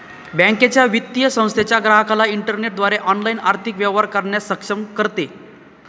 बँकेच्या, वित्तीय संस्थेच्या ग्राहकाला इंटरनेटद्वारे ऑनलाइन आर्थिक व्यवहार करण्यास सक्षम करते